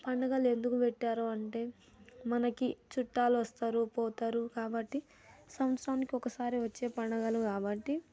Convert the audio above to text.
పండుగలు ఎందుకు పెట్టారంటే మనకి చుట్టాలు వస్తారు పోతారు కాబట్టి సంత్సరానికి ఒకసారి వచ్చే పండుగలు కాబట్టి